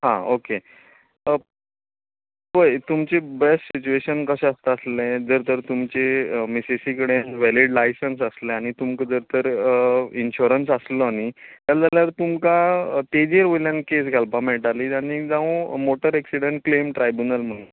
आ okay पळय तुमचे best situation कशें आसता आसलें जर तर तुमचें मिसेसी कडेन वॅलीड लायसंस आसलें आनी तुमकां जर तर इनशुरंस आसलो न्ही जालो जाल्यार तुमकां तेजे वयल्यान केस घालपा मेळटाली आनी जावूं मोटर एक्सीडेंट क्लेम ट्रायबुनल म्हणून